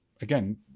again